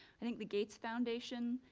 i think the gates foundation,